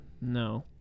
No